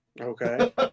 Okay